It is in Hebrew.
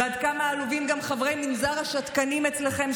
ועד כמה עלובים גם חברי מנזר השתקנים אצלכם,